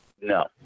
No